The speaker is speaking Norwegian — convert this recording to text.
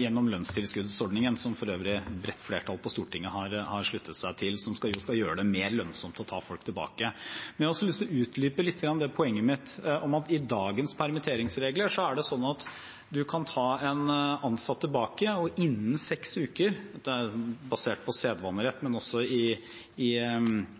gjennom lønnstilskuddsordningen – som for øvrig et bredt flertall på Stortinget har sluttet seg til – som skal gjøre det mer lønnsomt å ta folk tilbake. Men jeg har lyst til å utdype lite grann poenget mitt om at i dagens permitteringsregler kan man ta en ansatt tilbake, og innen seks uker – det er basert på sedvanerett, men også i